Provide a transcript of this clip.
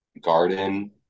garden